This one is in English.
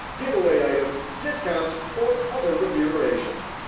giveaway items, discounts, or other remuneration.